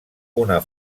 una